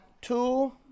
two